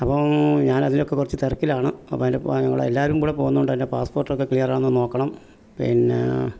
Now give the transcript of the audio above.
അപ്പം ഞാൻ അതിനൊക്കെ കുറച്ച് തിരക്കിലാണ് അപ്പോൾ അതിൻ്റെ ഞങ്ങളുടെ എല്ലാവരും കൂടെ പോവുന്നത് കൊണ്ടുതന്നെ പാസ്പോർട്ട് ഒക്കെ ക്ലിയർ ആണോ നോക്കണം പിന്നെ